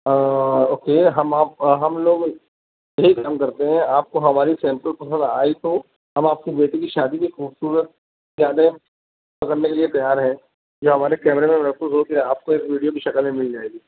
okay ہم آپ آ ہم لوگ یہی کام کرتے ہیں آپ کو ہماری سیمپل پسند آئی تو ہم آپ کی بیٹی کی شادی کی خوبصورت یادیں کرنے کے لیے تیار ہیں یہ ہمارے کیمرے میں محفوظ ہو کے آپ کو ایک ویڈیو کی شکل میں مِل جائے گی